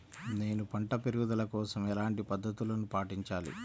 నేను పంట పెరుగుదల కోసం ఎలాంటి పద్దతులను పాటించాలి?